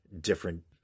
different